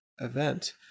event